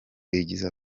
igize